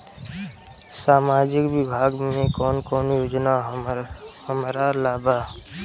सामाजिक विभाग मे कौन कौन योजना हमरा ला बा?